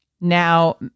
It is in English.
now